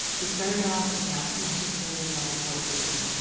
he started off in a maximum-security level four prison.